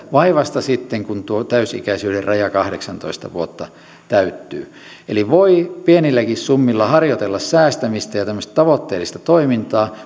vai vasta sitten kun tuo täysi ikäisyyden raja kahdeksantoista vuotta täyttyy eli voi pienilläkin summilla harjoitella säästämistä ja tämmöistä tavoitteellista toimintaa